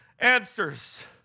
answers